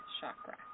chakra